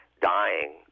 dying